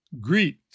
Greet